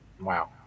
Wow